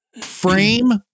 frame